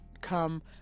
come